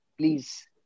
Please